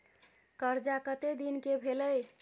कर्जा कत्ते दिन के भेलै?